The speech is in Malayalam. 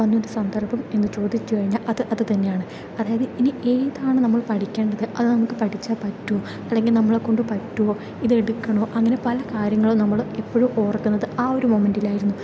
വന്നൊരു സന്ദർഭം എന്ന് ചോദിച്ചു കഴിഞ്ഞാൽ അത് അതു തന്നെയാണ് അതായത് ഇനി ഏതാണ് നമ്മൾ പഠിക്കേണ്ടത് അത് നമുക്ക് പഠിച്ചാൽ പറ്റുമോ അല്ലെങ്കിൽ നമ്മളെക്കൊണ്ട് പറ്റുവോ ഇത് എടുക്കണോ അങ്ങനെ പല കാര്യങ്ങളും നമ്മൾ ഇപ്പോഴും ഓർക്കുന്നത് ആ ഒരു മൊമെന്റിലായിരുന്നു